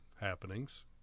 happenings